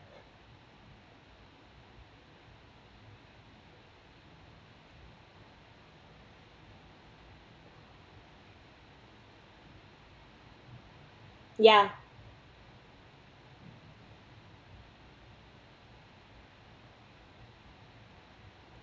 ya